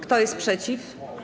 Kto jest przeciw?